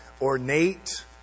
ornate